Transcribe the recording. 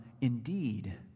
indeed